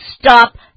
Stop